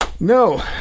No